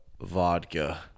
vodka